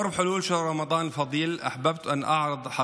(אומר דברים בשפה הערבית, להלן תרגומם: